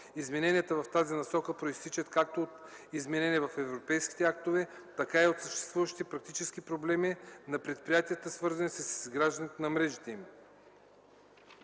Измененията в тази насока произтичат както от изменения в европейските актове, така и от съществуващите практически проблеми за предприятията, свързани с изграждането на мрежите им.